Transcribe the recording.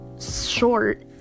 short